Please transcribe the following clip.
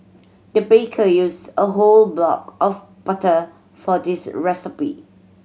the baker used a whole block of butter for this recipe